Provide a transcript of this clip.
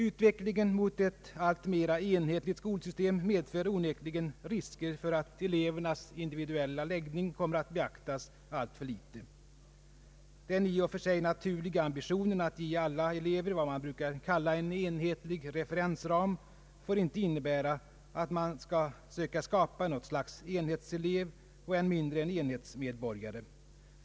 Utvecklingen mot ett alltmera enhetligt skolsystem medför onekligen risker för att elevernas individuella läggning kommer att beaktas alltför litet. Den i och för sig naturliga ambitionen att ge alla elever vad man brukar kalla en enhetlig referensram får inte innebära att man skall söka skapa något slag av »enhetselev» och än mindre en »enhetsmedborgare».